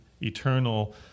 eternal